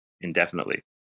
indefinitely